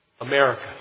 America